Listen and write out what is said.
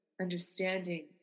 Understanding